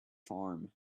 farm